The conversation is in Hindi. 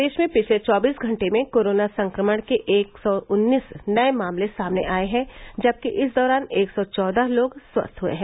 प्रदेश में पिछले चौबीस घंटे में कोरोना संक्रमण के एक सौं उन्नीस नये मामले सामने आये हैं जबकि इस दौरान एक सौं चौदह लोग स्वस्थ हुए हैं